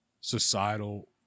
societal